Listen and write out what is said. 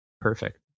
perfect